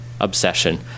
obsession